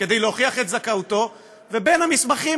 אפילו מסוכנת בהרבה ממדים יותר מכל הנושאים שעלו,